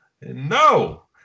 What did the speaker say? No